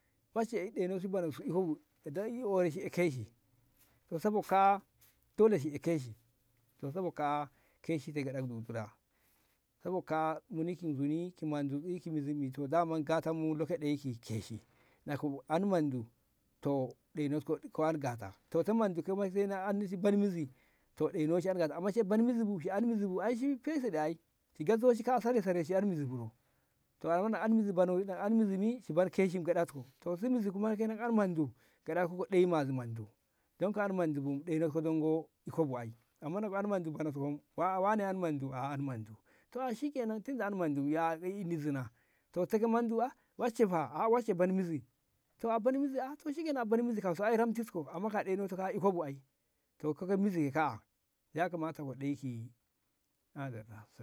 wanse eh ɗenotki bono ikobu dey horesi ki eh keshi to sabob ka'a dole shi'a keshi saboka'a keshi sabobka'a muni ki guni ki mondu e' ki mizimmi daman gatammu lego ɗayi ki keshi nako n mondu to ɗenotko an gata to ke mondu sai anki bar mizi to ɗenotshi an gata amma ɗai ban mizibu ki an mizibu aishi fesiɗe ai shi gazzoshi ka'a sarai sarai an mizibu to wnda an mizibumi shiban keshim gaɗatku to si mizi kenan an mondu gaɗako kodeyi wazi mondu don ka'a an mondu bu ɗenotko ikobu ai amma nako an mandu ah wanne an mandu to ai shikenan tinda an mandu aa deyi inni zina to ke mandu ah wacce fa ah wacce ban mizi to a ban mizi to ai shikenan a barmishi kauso ai ramtitko amma ka'a denotko ikobu ai to kaga miziye ka'a yakamata ko dei ki madalla.